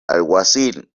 alguacil